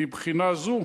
מבחינה זו,